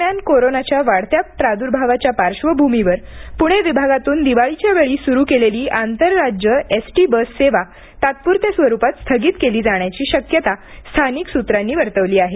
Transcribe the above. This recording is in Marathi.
दरम्यान कोरोनाच्या वाढत्या प्राद्भावाच्या पार्श्वभूमीवर पुणे विभागातून दिवाळीच्या वेळी सुरु केलेली आंतरराज्य एस टी बस सेवा तात्पुरत्या स्वरूपात स्थगित केली जाण्याची शक्यता स्थानिक सूत्रांनी वर्तवली आहे